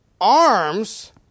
arms